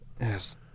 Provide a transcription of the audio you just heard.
Yes